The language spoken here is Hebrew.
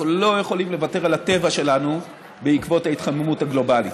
אנחנו לא יכולים לוותר על הטבע שלנו בעקבות ההתחממות הגלובלית.